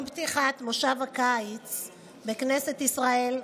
עם פתיחת כנס הקיץ בכנסת ישראל,